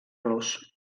los